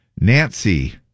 Nancy